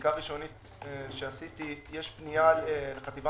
מהבדיקה הראשונית שעשיתי יש פנייה לחטיבה